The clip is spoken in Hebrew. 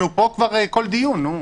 אנחנו כל דיון פה.